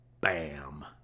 bam